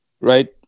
right